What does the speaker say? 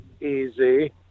easy